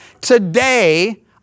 today